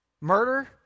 murder